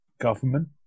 Government